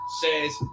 says